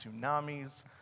tsunamis